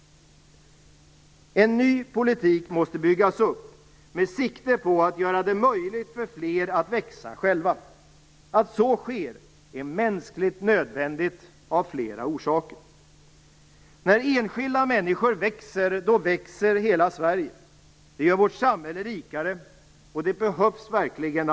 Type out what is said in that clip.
En ny politik måste byggas upp med sikte på att göra det möjligt för fler att växa själva. Att så sker är mänskligt nödvändigt av flera orsaker. När enskilda människor växer, då växer hela Sverige. Det gör vårt samhälle rikare. Och det behövs verkligen.